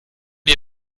dir